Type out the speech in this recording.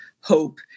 hope